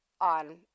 on